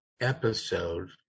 episode